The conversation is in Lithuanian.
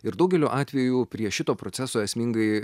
ir daugeliu atveju prie šito proceso esmingai